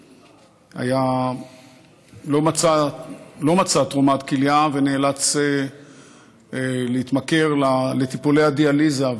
שלא מצא תרומת כליה וניאלץ להתמכר לטיפולי הדיאליזה.